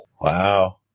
wow